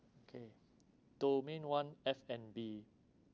okay domain one F&B